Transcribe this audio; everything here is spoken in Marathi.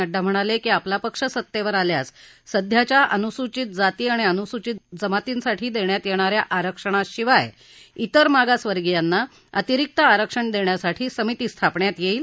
नङ्डा म्हणाले की आपला पक्ष सत्तेवर आल्यास सध्याच्या अनुसूचित जाती आणि अनुसूचित जमातींसाठी देण्यात येणा या आरक्षणाशिवाय इतर मागसवर्गियांना अतिरिक्त आरक्षण देण्यासाठी समिती स्थापण्यात येईल